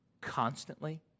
constantly